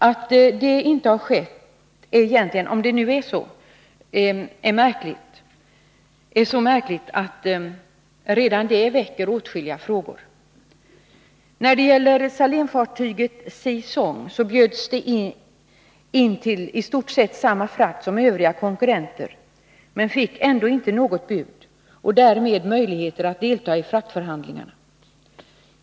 Att det inte skett — om det nu är så — är så märkligt, att redan det väcker åtskilliga frågor. När det gäller Salénfartyget Sea Song, så bjöds det in till i stort sett samma frakt som övriga konkurrenter men fick ändå inte något bud och därmed möjligheter att delta i fraktförhandlingarna.